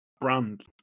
brand